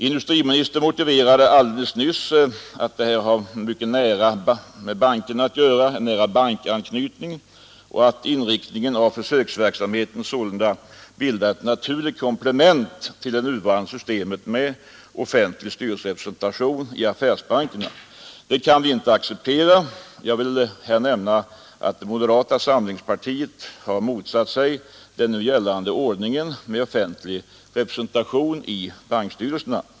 Industriministern för Torsdagen den klarade alldeles nyss att dessa har en mycket nära bankanknytning och 14 december 1972 att inriktningen av försöksverksamheten sålunda bildar ett naturligt Styrelserepresenta = tation i affärsbankerna. Det kan vi inte acceptera. Jag vill erinra om att tion för de anmoderata samlingspartiet motsatt sig nu gällande ordning med offentlig ställda i representation i bankstyrelserna.